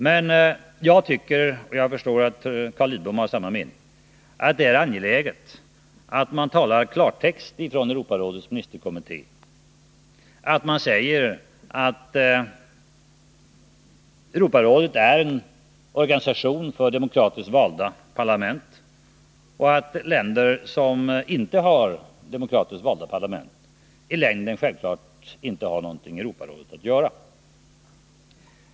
Men jag tycker, och jag förstår att Carl Lidbom har samma mening, att det är angeläget att Europarådets ministerkommitté talar klarspråk och säger ifrån att Europarådet är en organisation för demokratiskt valda parlament och att länder vars parlament inte utses på detta sätt självfallet inte i längden har något i Europarådet att göra.